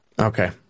Okay